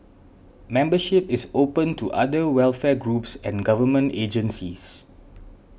membership is open to other welfare groups and government agencies